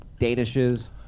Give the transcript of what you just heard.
danishes